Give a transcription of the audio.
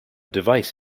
device